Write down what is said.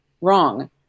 Wrong